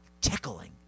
tickling